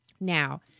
Now